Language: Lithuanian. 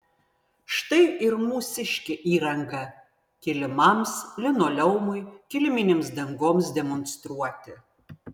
štai ir mūsiškė įranga kilimams linoleumui kiliminėms dangoms demonstruoti